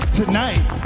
tonight